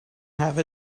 have